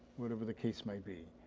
whatever the case may be.